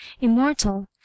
immortal